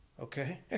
Okay